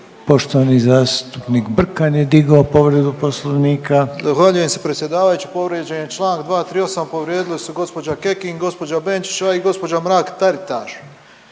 Poštovani zastupnik Brkan je digao povredu poslovnika. **Brkan, Jure (HDZ)** Zahvaljujem se predsjedavajući. Povrijeđen je čl. 238. povrijedili su gospođa Kekin, gospođa Benčić i gospođa Mrak Taritaš.